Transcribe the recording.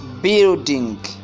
building